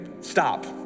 stop